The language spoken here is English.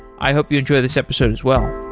i hope you enjoy this episode as well.